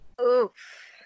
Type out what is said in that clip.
Oof